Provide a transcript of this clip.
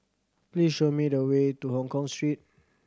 please show me the way to Hongkong Street